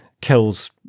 kills